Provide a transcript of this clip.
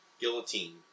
guillotine